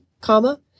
comma